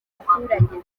abaturage